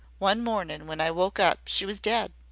one mornin' when i woke up she was dead.